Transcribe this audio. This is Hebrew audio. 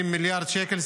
20 מיליארד שקל,